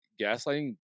gaslighting